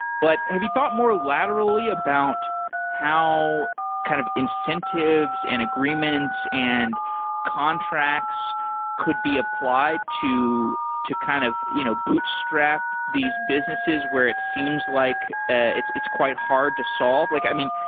but have you thought more laterally about how kind of incentives and agreements and contracts could be applied to to kind of you know bootstrap these businesses where it seems like ah it's it's quite hard to solve? like i mean,